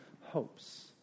hopes